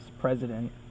president